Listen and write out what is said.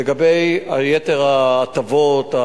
לגבי יתר ההטבות,